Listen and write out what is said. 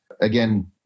again